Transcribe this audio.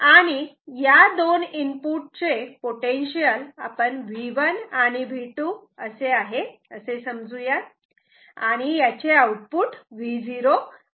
आणि या दोन इनपुटचे पोटेन्शियल V1 आणि V2 असे आहे आणि याचे आउटपुट Vo असे आहे